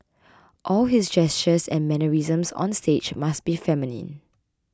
all his gestures and mannerisms on stage must be feminine